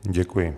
Děkuji.